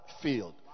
field